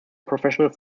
professional